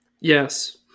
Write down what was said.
Yes